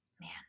man